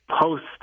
post